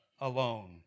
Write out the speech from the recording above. alone